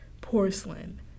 porcelain